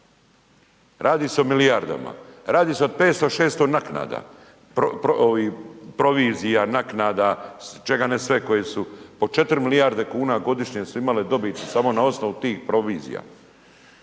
Radi se o milijarde, radi se o 500, 600 naknada. Ovih provizija, naknada, čega ne sve koje su po 4 milijarde kuna godišnje su imale dobit samo na osnovu tih provizija.